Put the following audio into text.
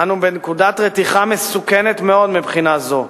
אנו בנקודת רתיחה מסוכנת מאוד מבחינה זו,